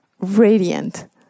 radiant